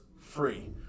free